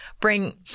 bring